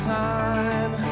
time